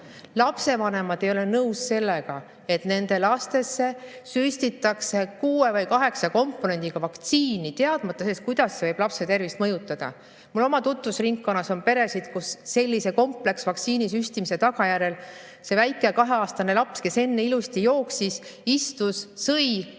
Lapsevanemad ei ole nõus sellega, et nende lastesse süstitakse kuue või kaheksa komponendiga vaktsiini, teadmata, kuidas see võib lapse tervist mõjutada. Mul oma tutvusringkonnas on pere, kus sellise kompleksvaktsiini süstimise tagajärjel väike kaheaastane laps, kes enne ilusti jooksis, istus, sõi,